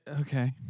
Okay